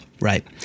Right